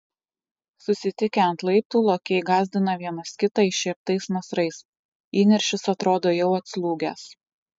susitikę ant laiptų lokiai gąsdina vienas kitą iššieptais nasrais įniršis atrodo jau atslūgęs